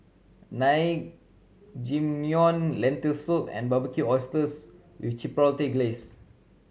Naengmyeon Lentil Soup and Barbecued Oysters with Chipotle Glaze